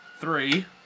Three